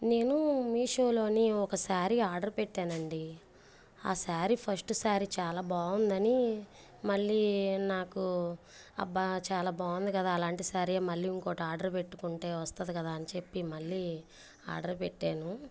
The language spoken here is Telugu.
నేను మీషోలో ఒక శారీ ఆర్డర్ పెట్టానండి ఆ శారీ ఫస్ట్ శారీ చాలా బాగుందని మళ్ళీ నాకు అబ్బా చాలా బాగుంది కదా అలాంటి శారీ మళ్ళీ ఇంకొకటి ఆర్డర్ పెట్టుకుంటే వస్తుంది కదా అని చెప్పి మళ్ళీ ఆర్డర్ పెట్టాను